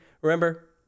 Remember